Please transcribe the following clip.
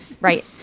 Right